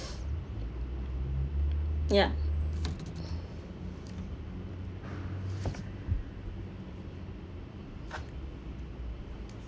ya